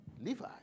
Levi